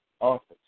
office